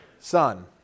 son